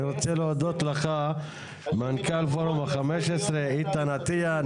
אני רוצה להודות לך מנכ"ל פורום ה-15, איתן אטיה.